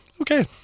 Okay